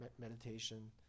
meditation